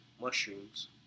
mushrooms